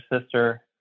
sister